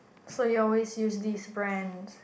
so you always use these brands